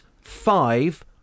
five